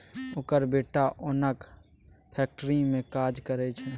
ओकर बेटा ओनक फैक्ट्री मे काज करय छै